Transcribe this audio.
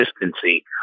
consistency